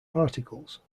particles